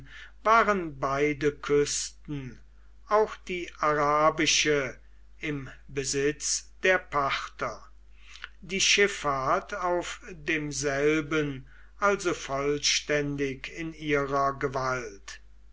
waren beide küsten auch die arabische im besitz der parther die schiffahrt auf demselben also vollständig in ihrer gewalt